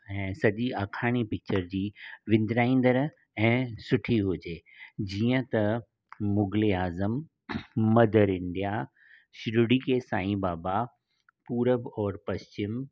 ऐं सॼी आखाणी पिक्चर जी विंदराईंदड़ ऐं सुठी हुजे जीअं त मुग़ले आज़म मधर इंडिया शिर्डी के सांई बाबा पूरब और पश्चिम